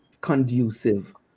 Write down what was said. conducive